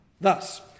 Thus